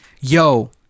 yo